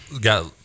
got